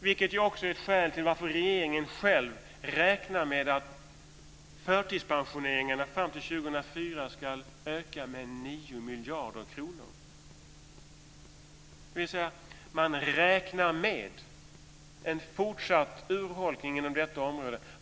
Det är också skälet till att regeringen själv räknar med att förtidspensioneringarna fram till 2004 ska öka med 9 miljarder kronor. Man räknar med en fortsatt urholkning inom detta område.